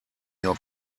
your